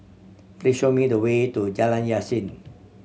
please show me the way to Jalan Yasin